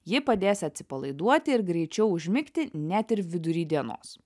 ji padės atsipalaiduoti ir greičiau užmigti net ir vidury dienos